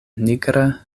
nigra